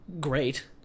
great